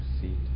seat